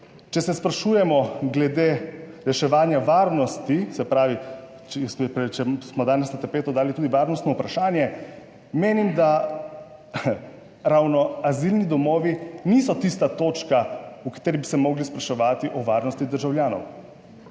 če se sprašujemo glede reševanja varnosti, se pravi prej smo danes na tapeto dali tudi varnostno vprašanje, menim, da ravno azilni domovi niso tista točka, v kateri bi se morali spraševati o varnosti državljanov.